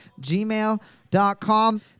gmail.com